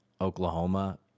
Oklahoma